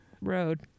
road